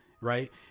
right